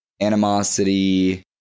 animosity